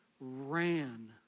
ran